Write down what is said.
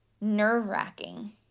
nerve-wracking